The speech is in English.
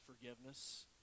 Forgiveness